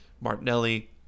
Martinelli